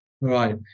Right